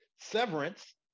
Severance